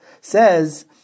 says